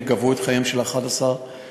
וגבו את חייהם של 11 אזרחים,